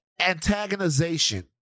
antagonization